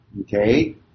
Okay